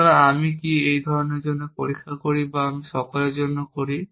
সুতরাং আমি কি এক ধরণের জন্য পরীক্ষা করি বা আমি সকলের জন্য করি